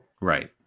right